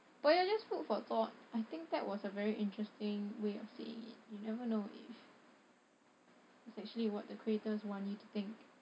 but ya just food for thought I think that was a very interesting way of seeing it you never know if this actually what the creators wants you to think